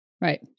Right